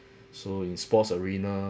so in sports arena